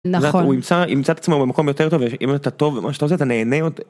נכון, הוא ימצא את עצמו במקום יותר טוב, אם אתה טוב במה שאתה רוצה אתה נהנה יותר.